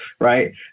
Right